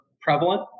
prevalent